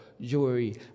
jewelry